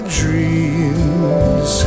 dreams